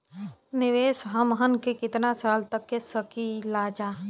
निवेश हमहन के कितना साल तक के सकीलाजा?